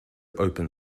open